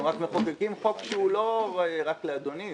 אנחנו מחוקקים חוק שהוא לא רק לאדוני.